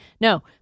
No